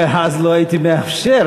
אולי אז לא הייתי מאפשר,